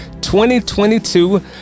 2022